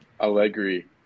Allegri